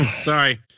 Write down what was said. sorry